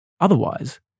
Otherwise